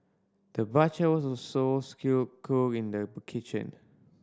the butcher was also skilled cook in the kitchen